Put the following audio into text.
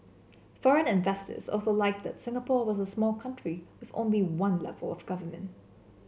foreign investors also liked that Singapore was the small country with only one level of government